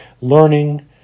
learning